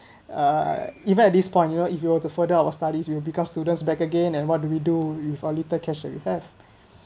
uh even at this point you know if we were to further our studies you will become students back again and what do we do with our little cash you have